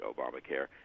Obamacare